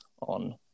on